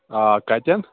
آ کَتٮ۪ن